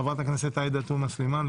חברת הכנסת עאידה תומא סלימאן,